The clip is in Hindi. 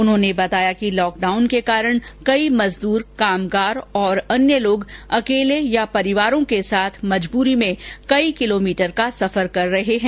उन्होंने बताया कि लॉक डाउन के कारण कई मजदूर कामगार और अन्य लोग अकेले या परिवारों के साथ मजबूरी में कई किलोमीटर का सफर कर रहे हैं